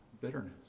bitterness